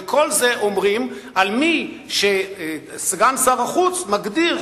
וכל זה אומרים על מי שסגן שר החוץ מגדיר,